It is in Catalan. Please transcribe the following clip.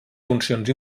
funcions